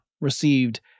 received